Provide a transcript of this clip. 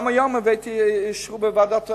גם היום הבאתי אישור בוועדה,